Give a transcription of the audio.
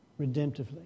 Redemptively